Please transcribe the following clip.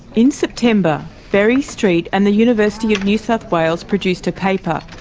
in september, berry street and the university of new south wales produced a paper,